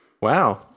Wow